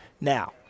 Now